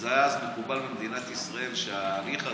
וזה היה אז מקובל במדינת ישראל שההליך הזה,